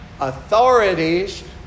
authorities